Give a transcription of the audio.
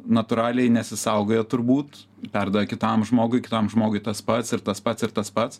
natūraliai nesisaugojo turbūt perdavė kitam žmogui kitam žmogui tas pats ir tas pats ir tas pats